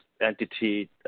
entity